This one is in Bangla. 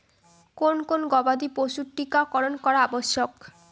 কোন কোন গবাদি পশুর টীকা করন করা আবশ্যক?